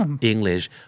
English